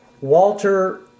Walter